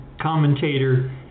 commentator